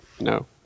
No